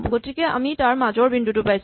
গতিকে আমি মাজৰ বিন্দুটো পাইছো